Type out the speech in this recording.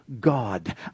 God